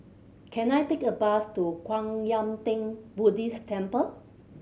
can I take a bus to Kwan Yam Theng Buddhist Temple